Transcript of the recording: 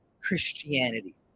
Christianity